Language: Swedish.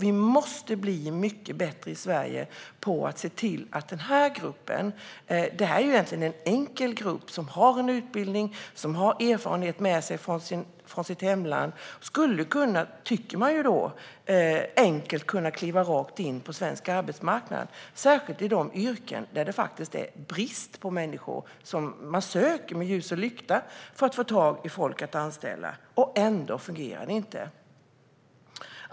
Vi måste bli mycket bättre i Sverige på att se till att den här gruppen - som har en utbildning och som har erfarenheter med sig från sitt hemland - skulle kunna kliva rakt in på svensk arbetsmarknad, särskilt i de yrken där det är brist på människor och där man söker med ljus och lykta för att få tag i folk att anställa. Ändå fungerar det inte.